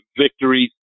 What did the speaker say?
victories